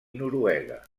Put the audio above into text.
noruega